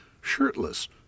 shirtless